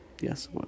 Yes